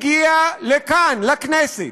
הגיע לכאן, לכנסת,